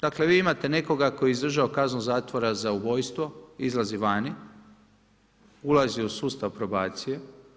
Dakle vi imate nekoga tko je izdržao kaznu zatvora za ubojstvo, izlazi vani, ulazi u sustav probacije.